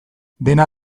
dena